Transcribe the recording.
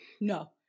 no